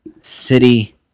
City